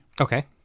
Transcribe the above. Okay